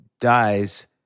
dies